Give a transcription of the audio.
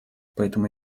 поэтому